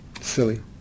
Silly